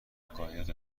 قایق